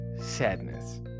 sadness